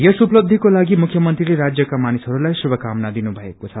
यस उपलब्धीको लागि मुख्य मंत्रीले राज्यका मानिसहरूलई शुभकामना दिनु भएको छ